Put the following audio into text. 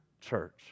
church